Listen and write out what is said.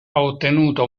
ottenuto